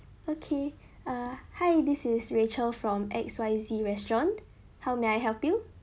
okay uh hi this is rachel from X Y Z restaurant how may I help you